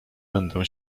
będę